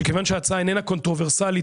שכיוון שההצעה איננה קונטרוברסלית,